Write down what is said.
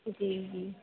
जी जी